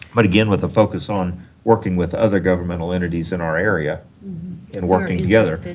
but, again, with the focus on working with other governmental entities in our area and working together. if and